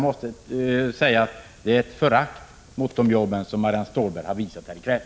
Marianne Stålberg har visat förakt för de jobben här i kväll.